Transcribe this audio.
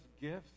gifts